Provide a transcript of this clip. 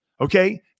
Okay